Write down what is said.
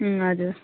उम्म हजुर